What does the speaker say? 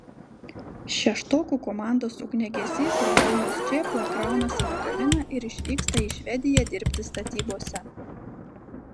šeštokų komandos ugniagesys rolandas čėpla kraunasi lagaminą ir išvyksta į švediją dirbti statybose